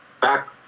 back